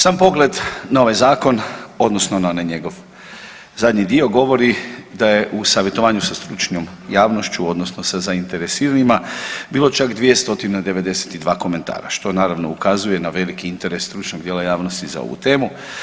Sam pogled na ovaj zakon odnosno na onaj njegov zadnji dio govori da je u savjetovanju sa stručnom javnošću odnosno sa zainteresiranima bilo čak 292 komentara, što naravno ukazuje na veliki interes stručnog dijela javnosti za ovu temu.